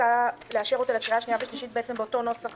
שמוצע לאשר אותה לקריאה שנייה ושלישית באותו נוסח